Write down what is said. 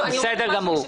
ביניכם.